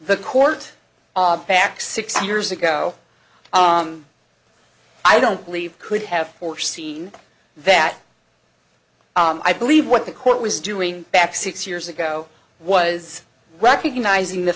the court back six years ago i don't believe could have foreseen that i believe what the court was doing back six years ago was recognizing the